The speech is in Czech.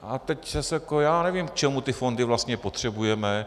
A teď zase já nevím, k čemu ty fondy vlastně potřebujeme.